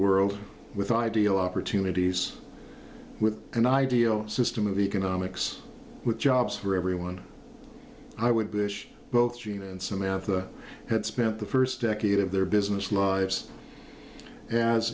world with ideal opportunities with an ideal system of economics with jobs for everyone i would bush both jean and samantha had spent the first decade of their business lives as